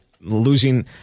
losing